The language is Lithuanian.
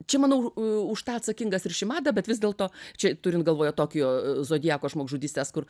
čia manau už tą atsakingas ir šimada bet vis dėlto čia turint galvoje tokijo zodiako žmogžudystes kur